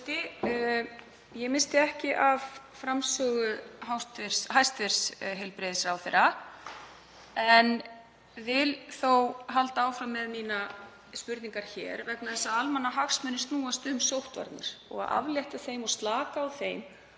Ég missti ekki af framsögu hæstv. heilbrigðisráðherra en vil þó halda áfram með spurningar mínar vegna þess að almannahagsmunir snúast um sóttvarnir. Að aflétta þeim og slaka á þeim